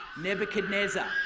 Nebuchadnezzar